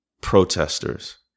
protesters